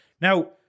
Now